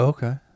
Okay